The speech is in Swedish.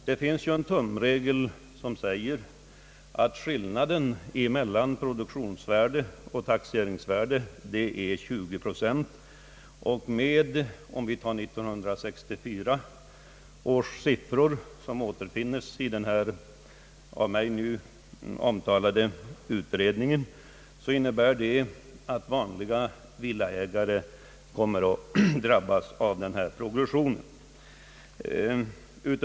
Det finns ju en tumregel som säger att skillnaden mellan produktionsvärdet och taxeringsvärdet är 20 procent. Med 1964 års siffror, som återfinnes i betänkandet från den av mig omtalade utredningen, innebär det att vanliga villaägare kommer att drabbas av progressionen.